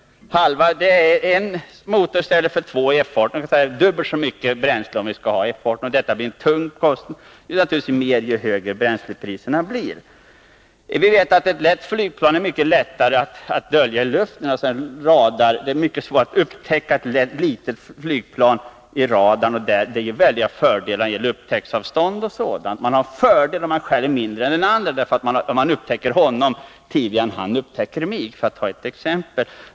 En motor i stället för två, som i F 18, dvs. det går åt dubbelt så mycket bränsle om vi skall ha F18. Detta blir en tung kostnad, och naturligtvis dyrare ju högre bränslepriserna blir. Vi vet att ett lätt flygplan är mycket lättare att dölja i luften. Det är mycket svårare att upptäcka ett litet flygplan på radarn. Det ger stora fördelar när det gäller upptäcktsavstånd och liknande. Man har fördelar när man själv är mindre än den andre, därför att jag upptäcker honom tidigare än han upptäcker mig, för att ta ett exempel.